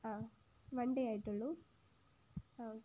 ആ one day ആയിട്ടുള്ളു ആ ഓക്കേ